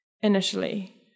initially